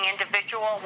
individual